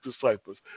disciples